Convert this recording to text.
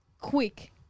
quick